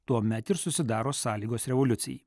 tuomet ir susidaro sąlygos revoliucijai